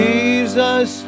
Jesus